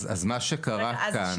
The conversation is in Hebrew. אז מה שקרה כאן, אני.